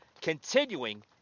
continuing